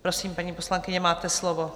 Prosím, paní poslankyně, máte slovo.